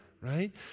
Right